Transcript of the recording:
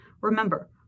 Remember